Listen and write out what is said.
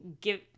give